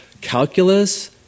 calculus